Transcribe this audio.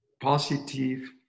positive